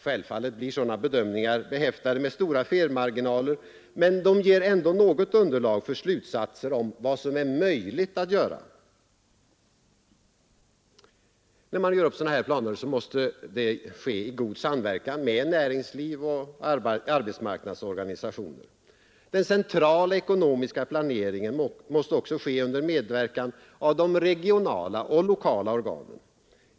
Självfallet blir sådana bedömningar behäftade med stora felmarginaler, men de ger ändå något underlag för slutsatser om vad som är möjligt att göra. När man gör upp sådana här planer måste det ske i god samverkan med näringsliv och arbetsmarknadsorganisationer. Den centrala ekonomiska planeringen måste också ske under medverkan av de regionala och lokala organen.